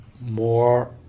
more